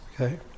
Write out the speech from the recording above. okay